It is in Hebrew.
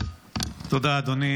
תודה, אדוני.